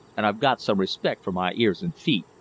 and i've got some respect for my ears and feet.